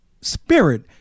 spirit